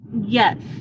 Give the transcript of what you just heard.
Yes